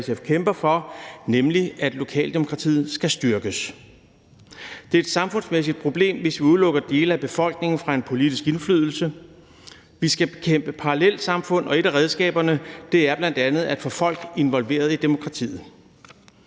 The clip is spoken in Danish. og SF kæmper for, nemlig at lokaldemokratiet skal styrkes. Det er et samfundsmæssigt problem, hvis vi udelukker dele af befolkningen fra en politisk indflydelse. Vi skal bekæmpe parallelsamfund, og et af redskaberne er bl.a. at få folk involveret i demokratiet.